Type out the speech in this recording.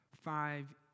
five